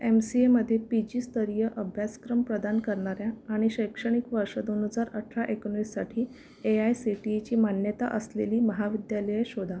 M C एमध्ये P जीस्तरीय अभ्यासक्रम प्रदान करणाऱ्या आणि शैक्षणिक वर्ष दोन हजार अठरा एकोणवीससाठी ए आय सी टी ईची मान्यता असलेली महाविद्यालये शोधा